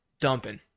dumping